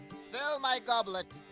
fill my goblet!